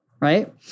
Right